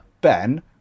Ben